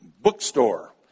bookstore